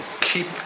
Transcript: keep